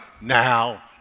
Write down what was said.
Now